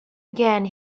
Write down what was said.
again